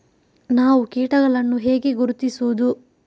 ನಾವು ಕೀಟಗಳನ್ನು ಹೇಗೆ ಗುರುತಿಸುವುದು?